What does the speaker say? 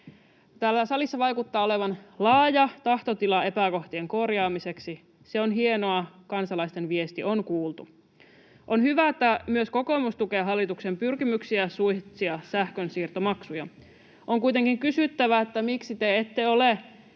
Täällä salissa vaikuttaa olevan laaja tahtotila epäkohtien korjaamiseksi — se on hienoa, kansalaisten viesti on kuultu. On hyvä, että myös kokoomus tukee hallituksen pyrkimyksiä suitsia sähkön siirtomaksuja. On kuitenkin kysyttävä: Miksi te ette ole